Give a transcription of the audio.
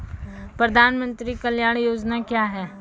प्रधानमंत्री कल्याण योजना क्या हैं?